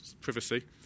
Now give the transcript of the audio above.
privacy